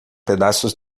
pedaços